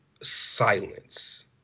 silence